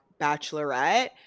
bachelorette